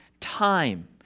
time